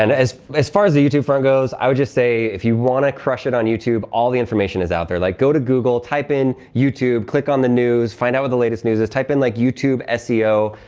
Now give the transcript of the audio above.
and as as far as the youtube front goes i would just say if you want to crush it on youtube all the information is out there. like go to google, type in youtube, click on the news, find out what the latest news is. type in like youtube seo.